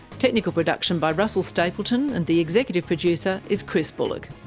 technical production by russell stapleton, and the executive producer is chris bullock.